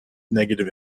negative